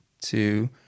two